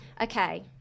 Okay